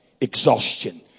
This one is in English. exhaustion